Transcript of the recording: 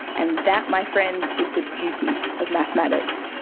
and that, my friends, is the beauty of mathematics.